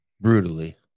Brutally